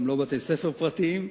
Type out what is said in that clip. גם לא בתי-ספר פרטיים.